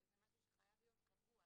שזה משהו שחייב להיות קבוע.